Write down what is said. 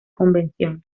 convención